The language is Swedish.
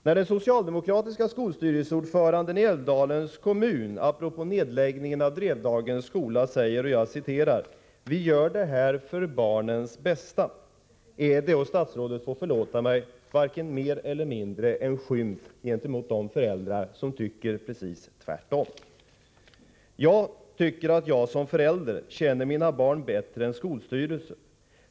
När den socialdemokratiske skolstyrelseordföranden i Älvdalens kommun apropå nedläggningen av Drevdagens skola säger att ”vi gör det här för barnens bästa”, är det — statsrådet får förlåta mig — varken mer eller mindre än en skymf gentemot de föräldrar som tycker precis tvärtom. ”Jag tycker att jag som förälder känner mina barn bättre än skolstyrelsen.